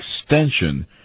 extension